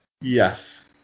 Yes